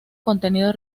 contenido